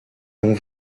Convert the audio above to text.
l’on